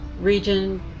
region